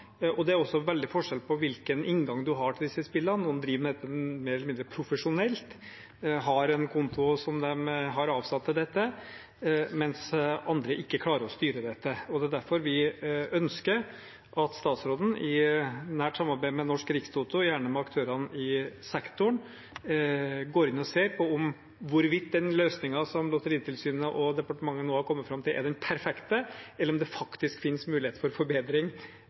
Det er også veldig forskjell på hvilken inngang man har til disse spillene. Noen driver med dette mer eller mindre profesjonelt og har en konto som de har avsatt til dette, mens andre ikke klarer å styre det. Det er derfor vi ønsker at statsråden i nært samarbeid med Norsk Rikstoto og gjerne med aktørene i sektoren går inn og ser på hvorvidt den løsningen som Lotteritilsynet og departementet nå har kommet fram til, er den perfekte – eller om det faktisk finnes muligheter for forbedring